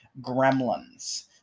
gremlins